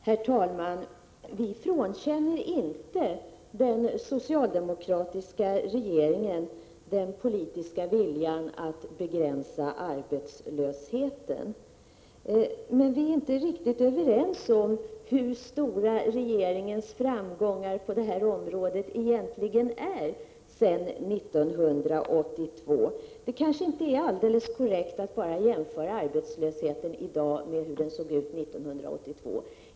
Herr talman! Vi frånkänner inte den socialdemokratiska regeringen den politiska viljan att begränsa arbetslösheten. Men vi är inte riktigt överens om hur stora regeringens framgångar på det här området sedan 1982 egentligen är. Det kanske inte är alldeles korrekt att utan vidare jämföra arbetslösheten idag med hur den såg ut 1982.